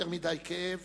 יותר מדי כאב